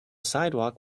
sidewalk